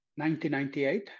1998